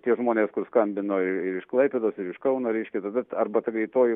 tie žmonės skambino ir ir iš klaipėdos ir iš kauno reiškia tada arba ta greitoji